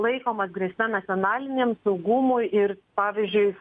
laikomas grėsme nacionaliniam saugumui ir pavyzdžiui